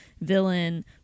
villain